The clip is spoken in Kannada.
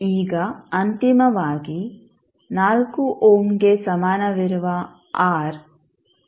ಈಗ ಅಂತಿಮವಾಗಿ 4 ಓಮ್ಗೆ ಸಮಾನವಿರುವ ಆರ್ 0